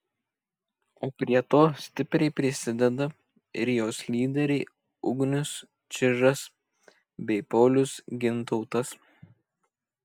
o prie to stipriai prisideda ir jos lyderiai ugnius čižas bei paulius gintautas